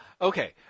Okay